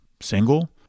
single